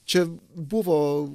čia buvo